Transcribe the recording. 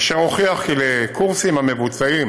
אשר הוכיח כי לקורסים המבוצעים